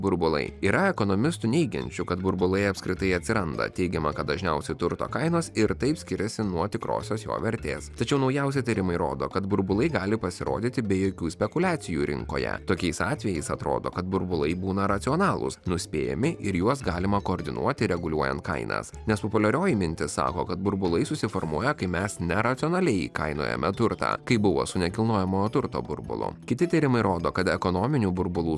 burbulai yra ekonomistų neigiančių kad burbulai apskritai atsiranda teigiama kad dažniausiai turto kainos ir taip skiriasi nuo tikrosios jo vertės tačiau naujausi tyrimai rodo kad burbulai gali pasirodyti be jokių spekuliacijų rinkoje tokiais atvejais atrodo kad burbulai būna racionalūs nuspėjami ir juos galima koordinuoti reguliuojant kainas nes populiarioji mintis sako kad burbulai susiformuoja kai mes neracionaliai įkainojame turtą kaip buvo su nekilnojamo turto burbulo kiti tyrimai rodo kad ekonominių burbulų